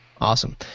Awesome